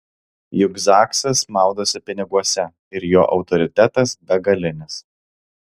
juk zaksas maudosi piniguose ir jo autoritetas begalinis